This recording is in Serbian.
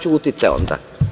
Ćutite onda.